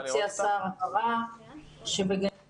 הוציא השר הבהרה שבגני הילדים